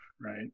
right